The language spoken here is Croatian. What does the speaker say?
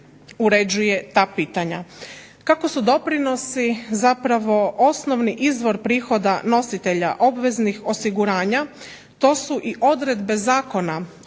uređuje ta pitanja. Kako su doprinosi zapravo osnovni izvor prihoda nositelja obveznih osiguranja to su i odredbe Zakona